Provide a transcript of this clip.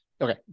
okay